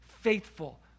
faithful